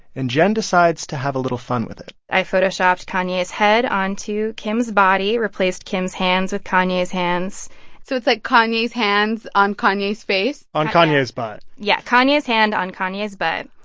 and jen decides to have a little fun with it i photoshopped kanye's head onto kim's body, replaced kim's hands with kanye's hands so it's like kanye's hands on kanye's face? on kanye's butt yeah. kanye's hand on kanye's butt,